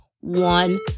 one